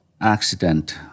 accident